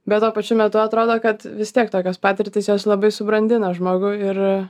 bet tuo pačiu metu atrodo kad vis tiek tokios patirtys jos labai subrandina žmogų ir